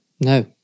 No